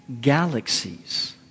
galaxies